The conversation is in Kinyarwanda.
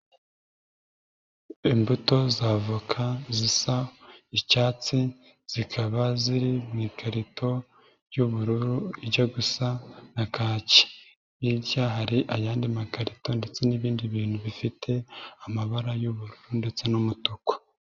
Imbuto z'avoka zisa icyatsi zikaba ziri mu ikarito y'ubururu ijya gusa na kaki, hirya hari ayandi makarito ndetse n'ibindi bintu bifite amabara y'ubururu ndetse n'umutuku.